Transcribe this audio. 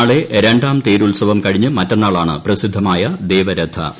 നാളെ രണ്ടാം തേരുത്സവം കഴിഞ്ഞ് മറ്റന്നാളാണ് പ്രസിദ്ധമായ ദേവരഥ സംഗമം